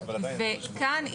וכאן,